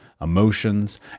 emotions